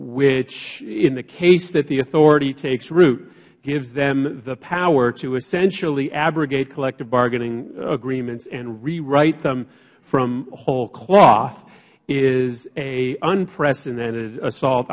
which in the case that the authority takes root gives them the power to essentially abrogate collective bargaining agreements and rewrite them from whole cloth is an unprecedented assault